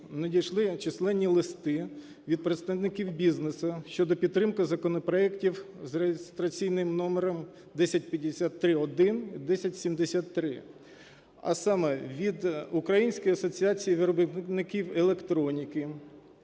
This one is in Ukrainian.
надійшли численні листи від представників бізнесу щодо підтримки законопроектів з реєстраційним номером 1053-1, 1073, а саме від Української асоціації виробників електроніки,